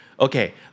Okay